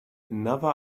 another